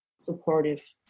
supportive